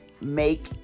make